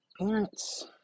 parents